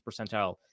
percentile